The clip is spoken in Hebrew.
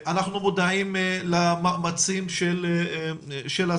אנחנו מודעים למאמצים של השר,